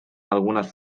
algunes